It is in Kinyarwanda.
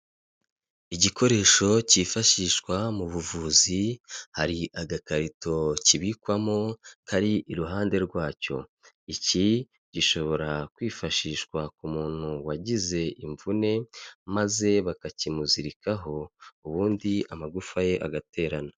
Igikoresho cyifashishwa mu buvuzi, hari agakarito kibikwamo kari iruhande rwacyo, iki gishobora kwifashishwa ku muntu wagize imvune maze bakakimuzirikaho ubundi amagufa ye agaterana.